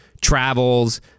travels